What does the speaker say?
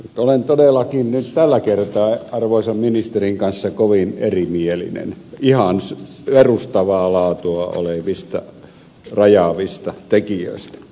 olen todellakin nyt tällä kertaa arvoisan ministerin kanssa kovin erimielinen ihan perustavaa laatua olevista rajaavista tekijöistä